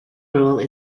rule